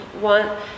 want